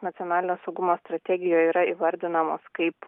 nacionalinio saugumo strategijoj yra įvardinamos kaip